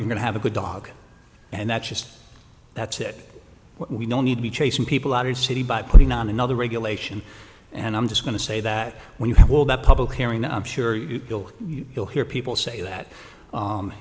you're going to have a good dog and that's just that's it we don't need to be chasing people out of the city by putting on another regulation and i'm just going to say that when you have all that public hearing i'm sure you will you'll hear people say that